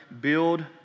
build